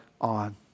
on